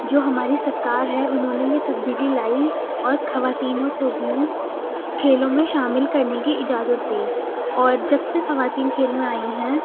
جو ہماری سرکار ہے انہوں نے یہ تبدیلی لائی اور خواتین کو بھی کھیلوں میں شامل کرنے کی اجازت دی اور جب سے خواتین کھیل میں آئی ہیں